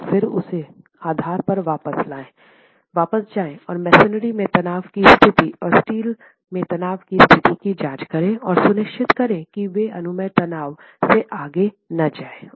और फिर उसके आधार पर वापस जाएं और मसोनरी में तनाव की स्थिति और स्टील में तनाव की स्थिति की जांच करें और सुनिश्चित करे कि वे अनुमेय तनाव से आगे न जाएं